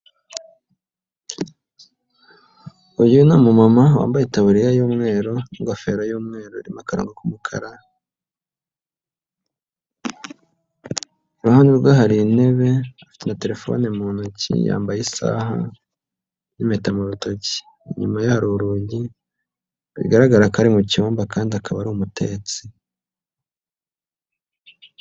Uyu ni umama wambaye itaburiya y'umweru, ingofero irimo akarongo k'umukara, iruhande rwe hari intebe na terefone mu ntoki, yambaye isaha n'impeta mu rutoki. Inyuma ye hari urugi, bigaragara ko ari mu cyumba kandi akaba ari umutetsi.